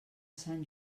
sant